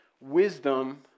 wisdom